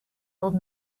old